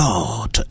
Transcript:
God